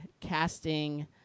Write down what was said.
casting